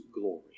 glory